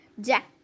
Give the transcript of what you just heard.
Jack